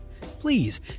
Please